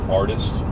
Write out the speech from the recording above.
artist